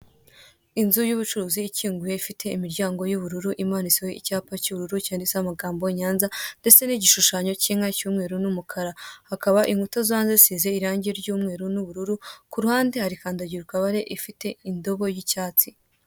Inzu y'ubucuruzi ikinguye, ifite umuryango y'ubururu imanitseho icyapa cy'ubururu cyanditseho amagambo Nyanza, ndetse n'igishushanyo cy'inka cy'umweru n'umukara, hakaba inkuta zo hanze zisize irangi ry'umweru n'ubururu. Ku ruhande hari kandagira ukarabe ifite indobo y'icyatsi.